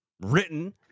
Written